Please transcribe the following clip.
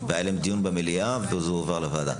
והיה עליהן דיון במליאה וזה הועבר לוועדה,